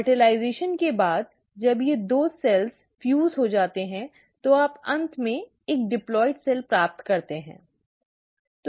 निषेचन के बाद जब ये दो सेल्स फ्यूज हो जाते हैं तो आप अंत में एक डिप्लॉइड सेल प्राप्त करते हैं